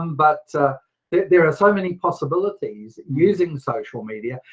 um but there are so many possibilities using social media,